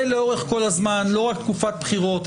זה לאורך כל הזמן ולא רק בתקופת בחירות.